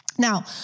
Now